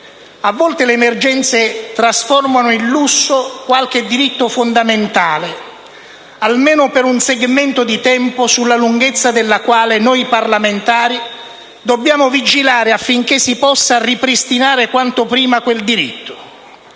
a volte le emergenze trasformano in lusso qualche diritto fondamentale, almeno per un segmento di tempo sulla lunghezza della quale noi parlamentari dobbiamo vigilare affinché si possa ripristinare quanto prima quel diritto.